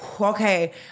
okay